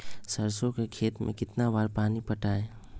सरसों के खेत मे कितना बार पानी पटाये?